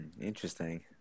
interesting